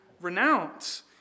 renounce